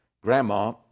grandma